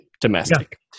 domestic